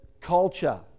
culture